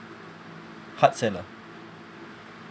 hard sell ah